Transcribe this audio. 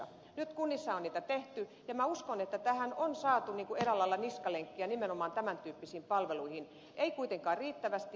nyt kunnissa on niitä tehty ja minä uskon että tässä on saatu otettua eräällä lailla niskalenkki nimenomaan tämän tyyppisiin palveluihin ei kuitenkaan riittävästi